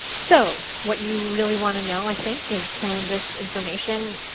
so what you really want to know i think, is some of this information.